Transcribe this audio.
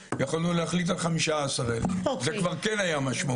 יכולנו להחליט על 15,000. זה כבר כן היה משמעותי.